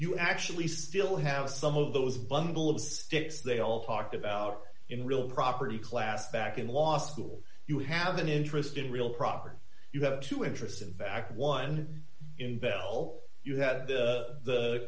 you actually still have some of those bundle of sticks they all talked about in real property class back in law school you have an interest in real property you have two interests in fact one in bell you had the